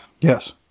Yes